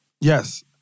Yes